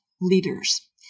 leaders